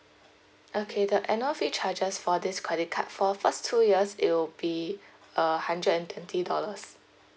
okay the annual fee charges for this credit card for first two years it will be err hundred and twenty dollars